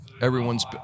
Everyone's